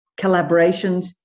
collaborations